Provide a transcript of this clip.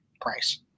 price